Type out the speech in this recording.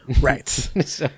Right